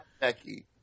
becky